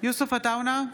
יוסף עטאונה,